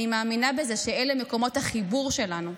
אני מאמינה בזה שאלה מקומות החיבור שלנו.